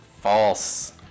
false